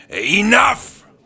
Enough